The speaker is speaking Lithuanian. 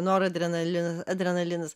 noradrenalin adrenalinas